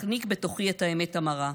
ואחניק בתוכי את האמת המרה,